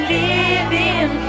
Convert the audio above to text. living